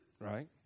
right